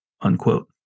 unquote